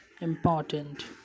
important